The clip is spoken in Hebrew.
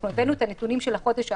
אנחנו הבאנו את הנתונים של החודש האחרון,